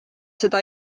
seda